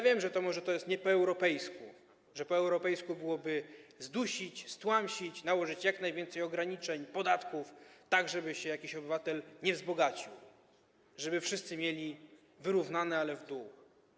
Wiem, że może to nie jest po europejsku, że po europejsku trzeba byłoby to zdusić, stłamsić, nałożyć jak najwięcej ograniczeń, podatków, tak żeby się jakiś obywatel nie wzbogacił, żeby wszyscy mieli wyrównane, ale w dół.